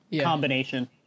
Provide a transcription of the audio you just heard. combination